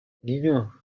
niño